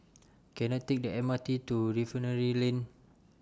Can I Take The M R T to Refinery Lane